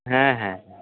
হ্যাঁ হ্যাঁ